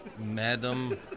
madam